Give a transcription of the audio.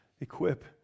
equip